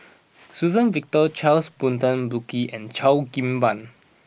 Suzann Victor Charles Burton Buckley and Cheo Kim Ban